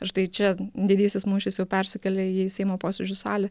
ir štai čia didysis mūšis jau persikėlė į seimo posėdžių salę